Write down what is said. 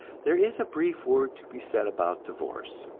there is a brief word to be said about divorce.